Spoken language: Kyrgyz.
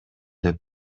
деп